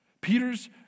Peter's